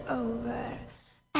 over